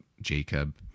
Jacob